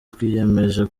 twiyemeje